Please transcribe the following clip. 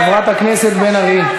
חברת הכנסת בן ארי,